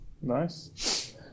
Nice